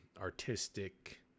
artistic